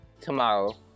tomorrow